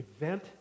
event